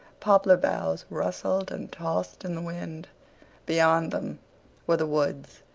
poplar boughs rustled and tossed in the wind beyond them were the woods,